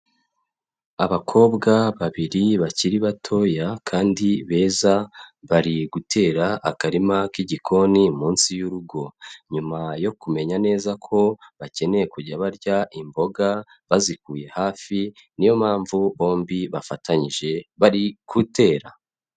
Abakobwa babiri bakiri batoya kandi beza bari gutera akarima k'igikoni munsi y'urugo, nyuma yo kumenya neza ko bakeneye kujya barya imboga bazikuye hafi, ni yo mpamvu bombi bafatanyije bari gutera.